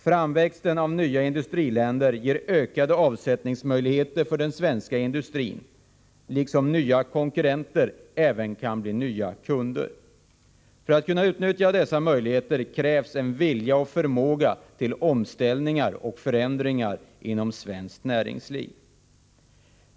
Framväxten av nya industriländer ger ökade avsättningsmöjligheter för den svenska industrin — nya konkurrenter kan ju även bli nya kunder. För att kunna utnyttja dessa möjligheter krävs vilja och förmåga till omställningar och förändringar inom svenskt näringsliv.